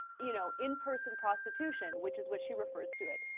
you know in-person prostitution which is which she refers to it